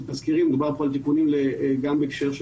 מדובר כאן על תיקונים גם בהקשר של